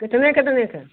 कितने कितने की